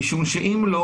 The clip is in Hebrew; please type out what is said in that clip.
משום שאם לא